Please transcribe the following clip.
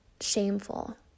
shameful